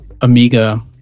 amiga